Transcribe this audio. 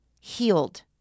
healed